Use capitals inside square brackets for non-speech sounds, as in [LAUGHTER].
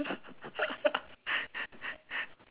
[LAUGHS]